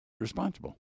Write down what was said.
responsible